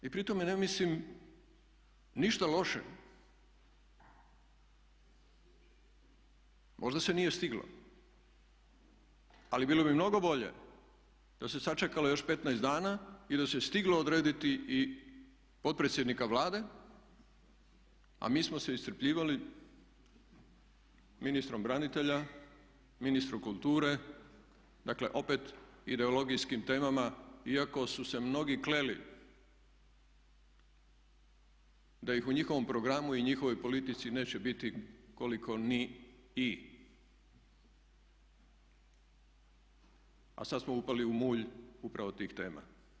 I pri tome ne mislim ništa loše, možda se nije stiglo, ali bilo bi mnogo bolje da se sačekalo još 15 dana i da se stiglo odrediti i potpredsjednika Vlade a mi smo se iscrpljivali ministrom branitelja, ministrom kulture, dakle opet ideologijskim temama iako su se mnogi kleli da ih u njihovom programu i njihovoj politici neće biti koliko ni "i" a sada smo upali u mulj upravo tih tema.